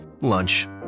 Lunch